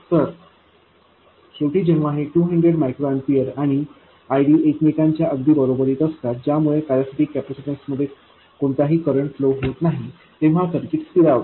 तर शेवटी जेव्हा हे 200 μA आणि IDएकमेकांच्या अगदी बरोबरीत असतात ज्यामुळे पेरसिटिक कॅपॅसिटन्स मध्ये कोणताही करंट फ्लो होत नाही तेव्हा सर्किट स्थिरावते